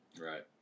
right